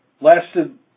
Lasted